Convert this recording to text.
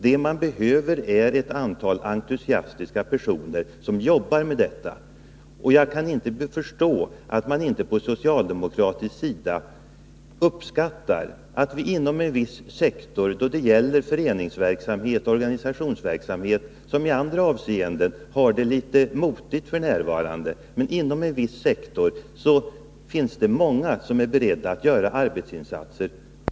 Det man behöver är ett antal entusiastiska personer som arbetar med detta. Jag kan inte förstå att man inte på socialdemokratisk sida uppskattar att vi inom en viss sektor av föreningsverksamheten och organisationsverksamheten — som i andra avseenden har det litet motigt f. n. — finner många som är beredda att göra arbetsinsatser.